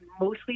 mostly